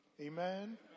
Amen